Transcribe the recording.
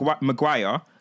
Maguire